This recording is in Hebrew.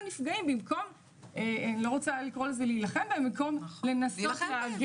לנפגעים במקום להילחם בהם כי בסוף זה